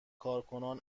کارکنان